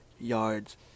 yards